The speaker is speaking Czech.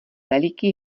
veliký